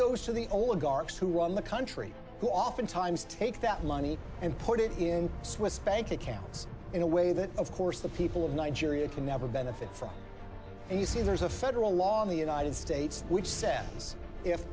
goes to the oligarchs who run the country who oftentimes take that money and put it in swiss bank accounts in a way that of course the people of nigeria can never benefit from and you see there's a federal law in the united states which says if